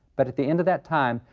but at the end of that time,